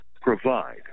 provide